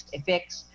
effects